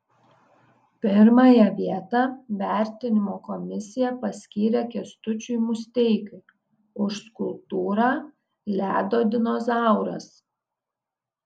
pirmąją vietą vertinimo komisija paskyrė kęstučiui musteikiui už skulptūrą ledo dinozauras